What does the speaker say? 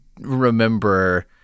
remember